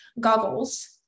goggles